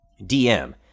DM